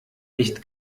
nicht